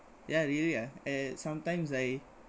yah really ah uh sometimes I